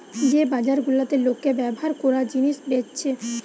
যে বাজার গুলাতে লোকে ব্যভার কোরা জিনিস বেচছে